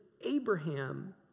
Abraham